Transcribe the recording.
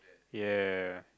ya